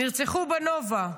נרצחו בנובה,